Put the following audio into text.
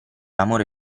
amore